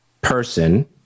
person